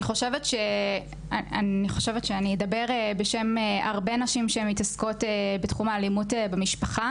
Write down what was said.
אני חושבת שאני אדבר בשם הרבה נשים שמתעסקות בתחום האלימות במשפחה